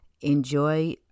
enjoy